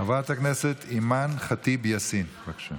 חברת הכנסת אימאן ח'טיב יאסין, בבקשה.